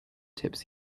tips